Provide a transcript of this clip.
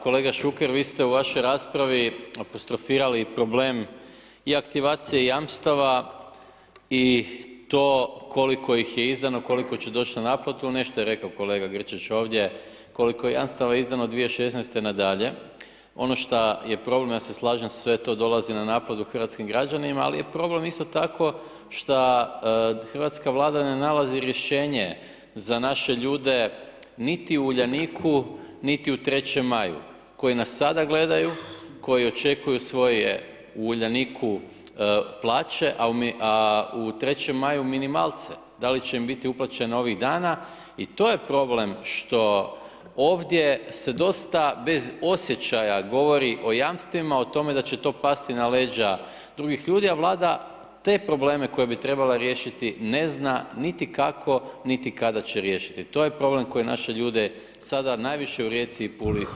Kolega Šuker, vi ste u vašoj raspravi apostrofirali problem i aktivacije jamstava, i to koliko ih je izdano, koliko će doći na naplatu, nešto je rekao kolega Grčić ovdje koliko jamstava izdano 2016. na dalje, ono šta je problem, ja se slažem sve to dolazi na naplatu hrvatskim građanima, al' je problem isto tako, šta hrvatska Vlada ne nalazi rješenje za naše ljude, niti u Uljaniku, niti u 3. Maj-u, koji nas sada gledaju, koji očekuju svoje u Uljaniku plaće, a u 3. Maju minimalce, da li će im biti uplaćeno ovih dana, i to je problem što ovdje se dosta bez osjećaja govori o jamstvima, o tome da će to pasti na leđa drugih ljudi, a Vlada te probleme koje bi trebala riješiti, ne zna niti kako, niti kada će riješiti, to je problem koji naše ljude sada najviše u Rijeci i Puli opterećuje.